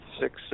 six